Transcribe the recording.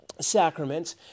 sacraments